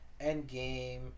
Endgame